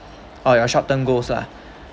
or your short term goals lah